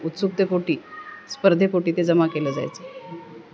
उत्सुकतेपोटी स्पर्धेपोटी ते जमा केलं जायचं